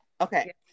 Okay